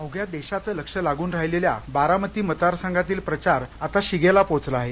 उभ्या देशाच लक्ष लागून राहिलेल्या बारामती मतदारसंघातील प्रचार आता शिगेला पोहचला आहे